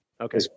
Okay